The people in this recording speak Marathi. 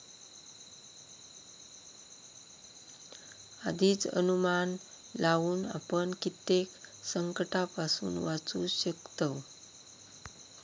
आधीच अनुमान लावुन आपण कित्येक संकंटांपासून वाचू शकतव